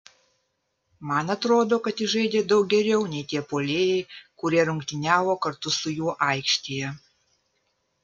man atrodo kad jis žaidė daug geriau nei tie puolėjai kurie rungtyniavo kartu su juo aikštėje